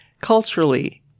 culturally